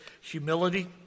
humility